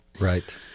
Right